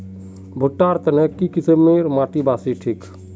भुट्टा र तने की किसम माटी बासी ठिक?